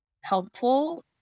helpful